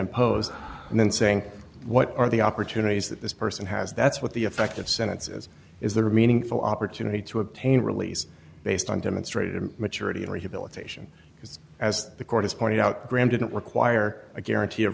imposed and then saying what are the opportunities that this person has that's what the effect of sentences is there are meaningful opportunity to obtain a release based on demonstrated maturity and rehabilitation because as the court has pointed out graham didn't require a guarantee of